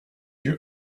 you